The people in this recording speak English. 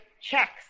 checks